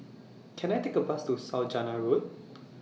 Can I Take A Bus to Saujana Road